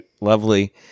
lovely